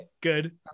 good